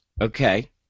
Okay